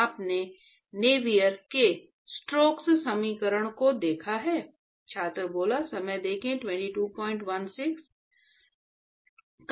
आपने नेवियर के स्टोक्स समीकरण को देखा है